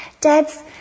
Dads